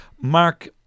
Mark